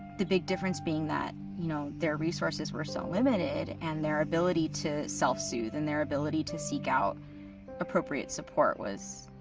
the big difference being that, you know, their resources were so limited and their ability to self-soothe and their ability to seek out appropriate support was